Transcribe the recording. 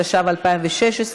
התשע"ו 2016,